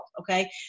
Okay